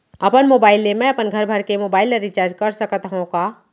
अपन मोबाइल ले मैं अपन घरभर के मोबाइल ला रिचार्ज कर सकत हव का?